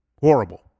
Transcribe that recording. Horrible